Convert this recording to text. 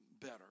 better